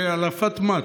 שאִלי פאת מאת,